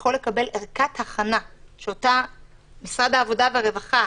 יכול לקבל ערכת הכנה של משרד הרווחה,